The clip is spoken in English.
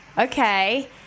okay